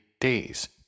days